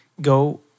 Go